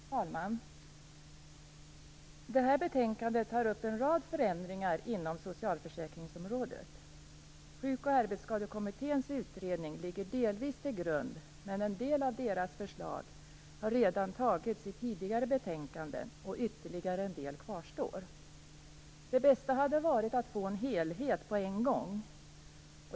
Fru talman! I det här betänkandet tar vi upp en rad förändringar inom socialförsäkringsområdet. Sjukoch arbetsskadekommitténs utredning ligger delvis till grund, men en del av deras förslag har redan antagits i tidigare betänkanden och ytterligare en del kvarstår. Det bästa hade varit att få en helhet på en gång.